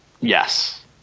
yes